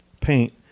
paint